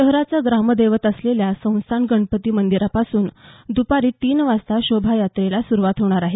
शहराचं ग्रामदैवत असलेल्या संस्थान गणपती मंदिरापासून द्पारी तीन वाजता शोभायात्रेला सुरुवात होणार आहे